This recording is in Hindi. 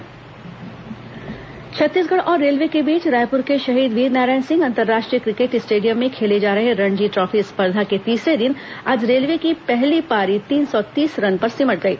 रणजी ट्रॉफी छत्तीसगढ़ और रेलवे के बीच रायपुर के शहीद वीरनारायण सिंह अंतर्राष्ट्रीय क्रिकेट स्टेडियम में खेले जा रहे रणजी ट्रॉफी स्पर्धा के तीसरे दिन आज रेलवे की पहली पारी तीन सौ तीस रन पर सिमट गई